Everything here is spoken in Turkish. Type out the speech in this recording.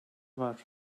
var